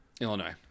Illinois